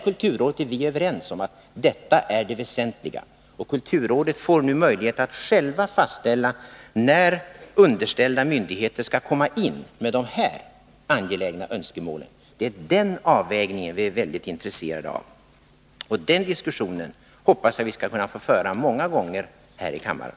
Kulturrådet och vi är överens om att detta är det väsentliga, och kulturrådet får nu möjlighet att fastställa när underställda myndigheter skall komma in med de här angelägna önskemålen. Det är den avvägningen vi är väldigt intresserade av, och den diskussionen hoppas jag vi skall kunna få föra många gånger här i kammaren.